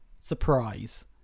Surprise